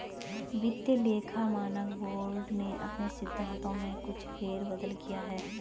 वित्तीय लेखा मानक बोर्ड ने अपने सिद्धांतों में कुछ फेर बदल किया है